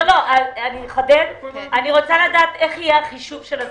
אני רוצה לדעת איך יהיה החישוב.